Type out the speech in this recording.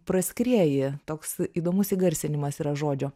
praskrieja toks įdomus įgarsinimas yra žodžio